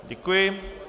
Děkuji.